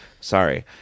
Sorry